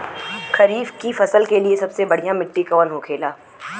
खरीफ की फसल के लिए सबसे बढ़ियां मिट्टी कवन होखेला?